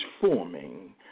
forming